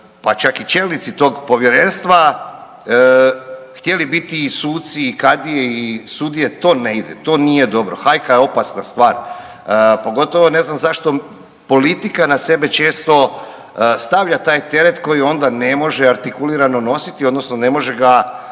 pa čak i čelnici tog povjerenstva htjeli biti i suci i kadije i sudije to ne ide, to nije dobro, hajka je opasna stvar. Pogotovo ne znam zašto politika na sebe često stavlja taj teret koji onda ne može artikulirano nositi odnosno ne može ga